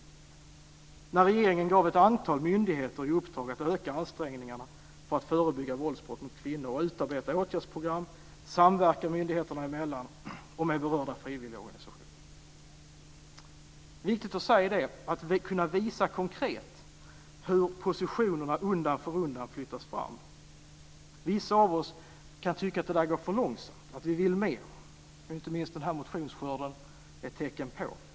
Då gav regeringen ett antal myndigheter i uppdrag att öka ansträngningarna för att förebygga våldsbrott mot kvinnor, att utarbeta åtgärdsprogram, att samverka myndigheterna emellan och med berörda frivilligorganisationer. Det är viktigt att säga detta och att kunna visa konkret hur positionerna undan för undan flyttas fram. Vissa av oss kan tycka att det går för långsamt och att vi vill mer, vilket inte minst den här motionsskörden är ett tecken på.